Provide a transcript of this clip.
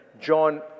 John